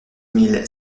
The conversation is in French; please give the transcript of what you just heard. mille